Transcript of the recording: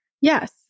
Yes